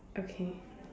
okay